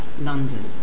London